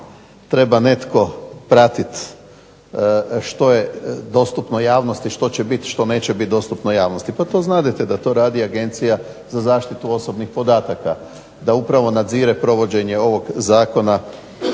treba netko pratit što je dostupno javnosti, što će bit' što neće bit' dostupno javnosti. Pa to znadete da to radi Agencija za zaštitu osobnih podataka, da upravo nadzire provođenje ovog Zakona